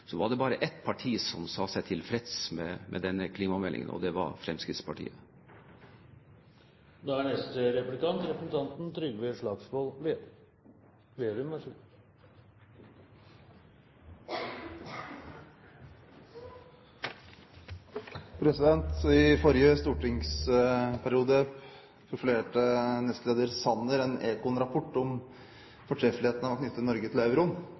var det bare ett parti som sa seg tilfreds med den klimameldingen, og det var Fremskrittspartiet. I forrige stortingsperiode profilerte nestleder Sanner en Econ-rapport om fortreffeligheten av å knytte Norge til euroen. Sanner anbefalte det og sa at det var en klok strategi for Norge som land. Under EU-debatten etter redegjørelsen til